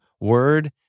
word